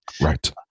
Right